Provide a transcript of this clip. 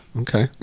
Okay